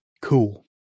cool